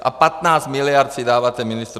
A 15 mld. si dáváte ministru .